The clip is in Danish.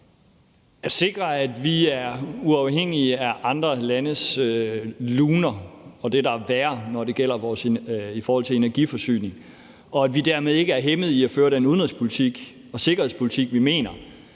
At sikre, at vi er uafhængige af andre landes luner og det, der er værre, når det gælder vores energiforsyning, og at vi dermed ikke er hæmmet i at føre den udenrigspolitik og sikkerhedspolitik, vi mener,